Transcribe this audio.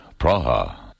Praha